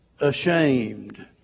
ashamed